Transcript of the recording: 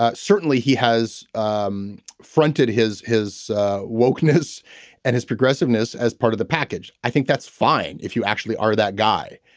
ah certainly he has um fronted his his weakness and his progressiveness as part of the package. i think that's fine if you actually are that guy.